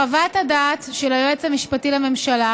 חוות הדעת של היועץ המשפטי לממשלה